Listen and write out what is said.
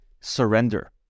surrender